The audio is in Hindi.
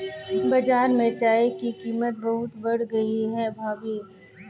बाजार में चाय की कीमत बहुत बढ़ गई है भाभी